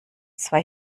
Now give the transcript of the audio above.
zwei